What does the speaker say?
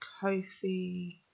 Kofi